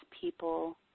people